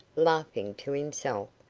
laughing to himself,